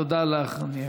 תודה לך.